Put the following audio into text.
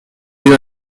you